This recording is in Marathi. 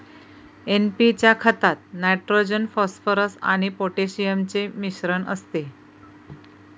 एन.पी च्या खतात नायट्रोजन, फॉस्फरस आणि पोटॅशियम यांचे मिश्रण असते